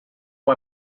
who